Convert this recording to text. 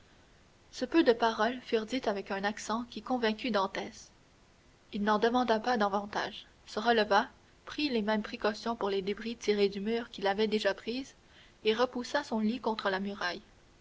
ce peu de paroles furent dites avec un accent qui convainquit dantès il n'en demanda pas davantage se releva prit les mêmes précautions pour les débris tirés du mur qu'il avait déjà prises et repoussa son lit contre la muraille